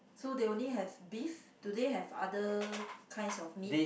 so they only have beef do they have other kinds of meat